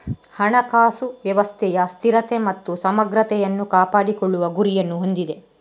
ಹಣಕಾಸು ವ್ಯವಸ್ಥೆಯ ಸ್ಥಿರತೆ ಮತ್ತು ಸಮಗ್ರತೆಯನ್ನು ಕಾಪಾಡಿಕೊಳ್ಳುವ ಗುರಿಯನ್ನು ಹೊಂದಿದೆ